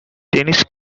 tennis